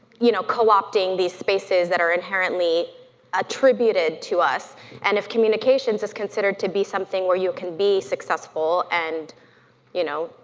you know co-opting these spaces that are inherently attributed to us and if communications is considered to be something where you can be successful and you know,